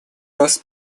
раз